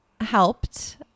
helped